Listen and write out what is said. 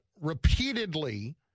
repeatedly